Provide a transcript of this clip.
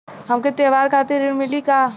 हमके त्योहार खातिर ऋण मिली का?